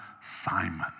Simon